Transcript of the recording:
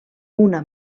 una